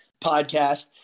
podcast